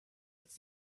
it’s